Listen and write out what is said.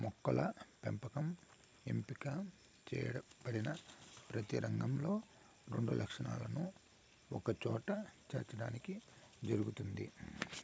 మొక్కల పెంపకం ఎంపిక చేయబడిన ప్రతి రకంలో రెండు లక్షణాలను ఒకచోట చేర్చడానికి జరుగుతుంది